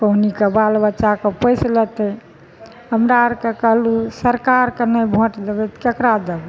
कहुना कऽ बाल बच्चाके पोसि लेतै हमरा आरके कहलहुॅं सरकारके नहि भोट देबै तऽ केकरा देबै